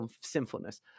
sinfulness